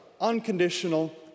unconditional